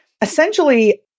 essentially